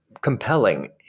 compelling